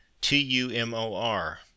T-U-M-O-R